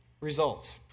results